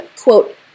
quote